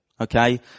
Okay